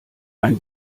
ein